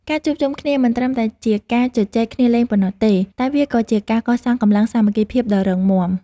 ការជួបជុំគ្នាមិនត្រឹមតែជាការជជែកគ្នាលេងប៉ុណ្ណោះទេ តែវាគឺជាការកសាងកម្លាំងសាមគ្គីភាពដ៏រឹងមាំ។